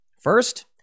First